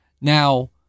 Now